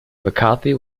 mccarthy